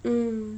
mm